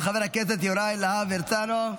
חבר הכנסת יוראי להב הרצנו.